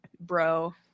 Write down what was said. bro